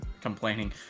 complaining